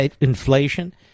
inflation